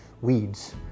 weeds